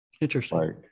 Interesting